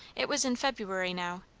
it was in february now,